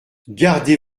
gardez